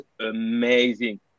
amazing